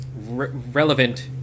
relevant